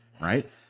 right